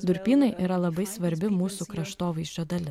durpynai yra labai svarbi mūsų kraštovaizdžio dalis